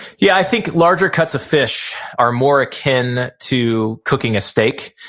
yeah, i think larger cuts of fish are more akin to cooking a steak.